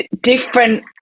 different